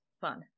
Fun